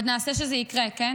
עוד נעשה שזה יקרה, כן?